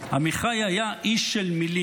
עמיחי היה איש של מילים.